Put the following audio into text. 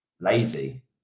lazy